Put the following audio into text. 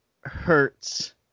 hurts